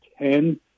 Ten